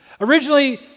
Originally